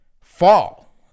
fall